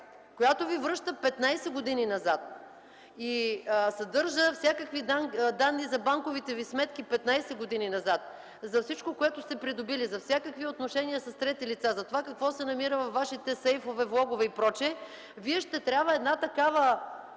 която Ви връща 15 години назад и съдържа всякакви данни за банковите Ви сметки 15 години назад, за всичко, което сте придобили, за всякакви отношения с трети лица, за това какво се намира във Вашите сейфове, влогове и прочее. Вие ще трябва да